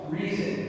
reason